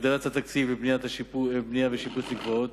הגדלת התקציב לבנייה ולשיפוץ מקוואות,